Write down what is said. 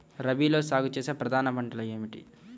రబీలో సాగు చేసే ప్రధాన పంటలు ఏమిటి?